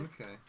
Okay